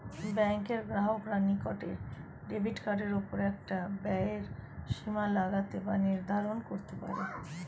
ব্যাঙ্কের গ্রাহকরা নিজের ডেবিট কার্ডের ওপর একটা ব্যয়ের সীমা লাগাতে বা নির্ধারণ করতে পারে